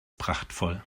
prachtvoll